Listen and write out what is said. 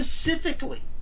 specifically